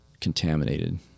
contaminated